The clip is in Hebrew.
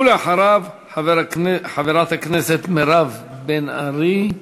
ואחריו, חברת הכנסת מירב בן ארי,